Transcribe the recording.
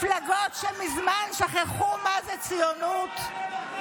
מפלגות שמזמן שכחו מה זו ציונות,